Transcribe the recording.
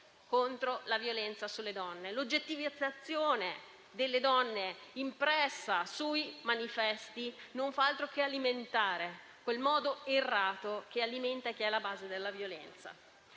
Convenzione di Istanbul. L'oggettivizzazione delle donne impressa sui manifesti non fa altro che alimentare quel modo errato di pensare che è alla base della violenza.